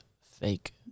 fake